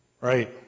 Right